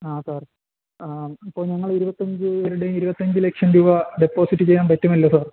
ആ സാർ ഇപ്പോൾ ഞങ്ങൾ ഇരുപത്തഞ്ച് പേരുടെയും ഇരുപത്തഞ്ച് ലക്ഷം രൂപ ഡെപ്പോസിറ്റ് ചെയ്യാൻ പറ്റുമല്ലോ സാർ